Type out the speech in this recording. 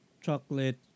chocolate